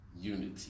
unity